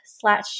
slash